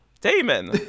Damon